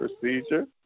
procedure